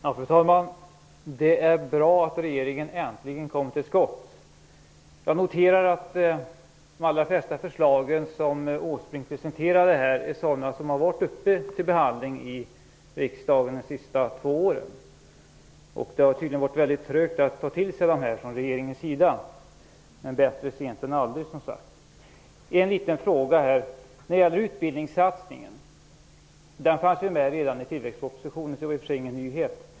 Fru talman! Det är bra att regeringen äntligen kommit till skott. Jag noterar att de allra flesta förslag som Erik Åsbrink här presenterat är sådana som under de senaste två åren varit uppe till behandling i riksdagen. Tydligen har det varit väldigt trögt att ta till sig dessa saker från regeringens sida, men, som sagt, bättre sent än aldrig. Jag har en liten fråga beträffande utbildningssatsningen. Den fanns ju med redan i tillväxtpropositionen, så det här är ingen nyhet.